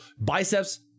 biceps